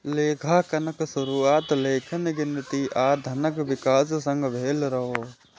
लेखांकनक शुरुआत लेखन, गिनती आ धनक विकास संग भेल रहै